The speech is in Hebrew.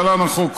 להלן: החוק,